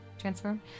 Transform